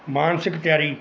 ਮਾਨਸਿਕ ਤਿਆਰੀ